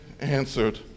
answered